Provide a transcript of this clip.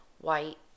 white